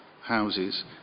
houses